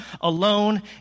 alone